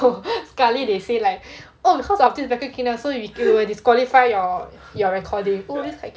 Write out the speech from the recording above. sekali they say like oh because of this vacuum cleaner so we will disqualify your your recording oh this is quite cute